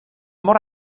mor